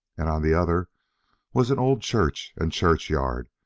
and on the other was an old church and churchyard,